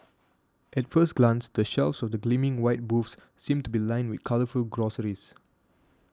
at first glance the shelves of the gleaming white booths seem to be lined with colourful groceries